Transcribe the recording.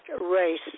race